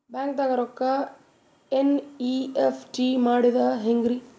ಬ್ಯಾಂಕ್ದಾಗ ರೊಕ್ಕ ಎನ್.ಇ.ಎಫ್.ಟಿ ಮಾಡದ ಹೆಂಗ್ರಿ?